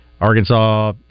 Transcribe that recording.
Arkansas